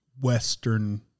Western